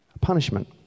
punishment